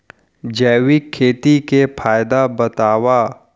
जैविक खेती के फायदा बतावा?